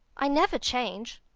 i never change,